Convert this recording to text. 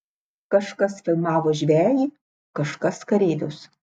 kažkas filmavo žvejį kažkas kareivius